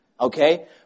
Okay